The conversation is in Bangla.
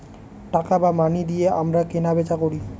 টাকা বা মানি দিয়ে আমরা কেনা বেচা করি